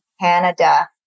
Canada